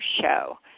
show